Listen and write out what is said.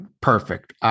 Perfect